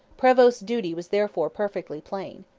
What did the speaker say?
prevost's duty was therefore perfectly plain.